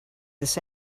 this